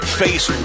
face